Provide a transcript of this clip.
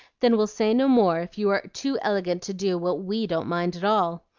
then we'll say no more if you are too elegant to do what we don't mind at all.